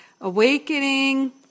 Awakening